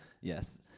Yes